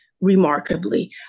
remarkably